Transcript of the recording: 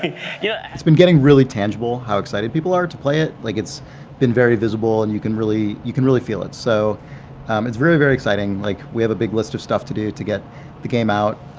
yeah it's been getting really tangible, how excited people are to play it. like it's been very visible and you can really, you can really feel it. so um it's very, very exciting, like we have a big list of stuff to do to get the game out.